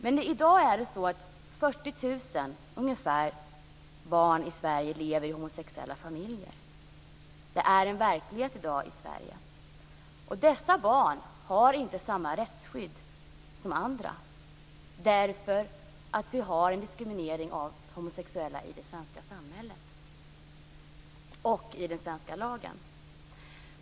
Men i dag lever ungefär 40 000 barn i homosexuella familjer. Det är en verklighet i Sverige i dag. Och dessa barn har inte samma rättsskydd som andra barn därför att vi har en diskriminering av homosexuella i det svenska samhället och i den svenska lagen.